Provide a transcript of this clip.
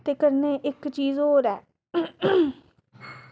ते कन्नै इक चीज़ होर ऐ